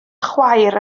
chwaer